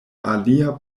alia